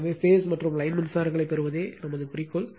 எனவே பேஸ்ம் மற்றும் லைன் மின்சாரங்களை பெறுவதே எங்கள் குறிக்கோள்